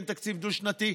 כן תקציב דו-שנתי,